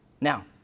Now